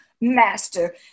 master